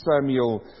Samuel